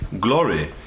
glory